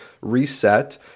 reset